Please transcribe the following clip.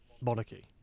monarchy